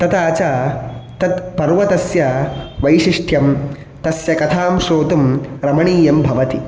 तता च तत् पर्वतस्य वैशिष्ट्यं तस्य कथां श्रोतुं रमणीयं भवति